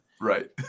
right